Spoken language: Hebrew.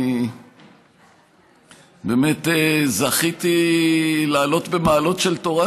באמת זכיתי לעלות במעלות של תורה,